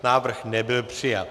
Návrh nebyl přijat.